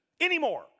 anymore